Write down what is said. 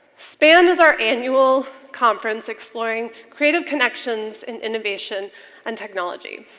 span is our annual conference exploring creative connections and innovation and technology.